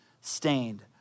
stained